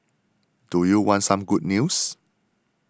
do you want some good news